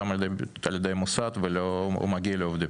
על ידי המוסד לביטוח לאומי ולא מגיע לעובדים.